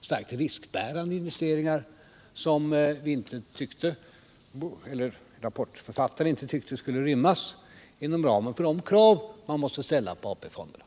starkt riskbärande investeringar, som rapportförfattarna inte tyckte skulle rymmas inom ramen för de krav man måste ställa på AP-fonderna.